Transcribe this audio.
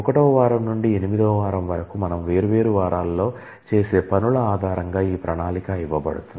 1 వ వారం నుండి 8 వ వారం వరకు మనం వేర్వేరు వారాల్లో చేసే పనుల ఆధారంగా ఈ ప్రణాళిక ఇవ్వబడుతుంది